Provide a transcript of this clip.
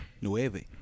Nueve